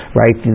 right